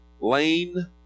Lane